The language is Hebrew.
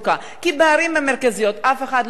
כי בערים המרכזיות אף אחד לא נפגע.